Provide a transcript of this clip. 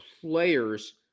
players